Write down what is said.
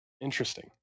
interesting